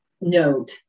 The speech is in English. note